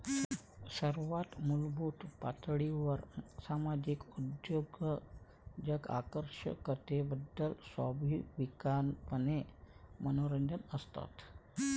सर्वात मूलभूत पातळीवर सामाजिक उद्योजक आकर्षकतेबद्दल स्वाभाविकपणे मनोरंजक असतात